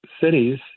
cities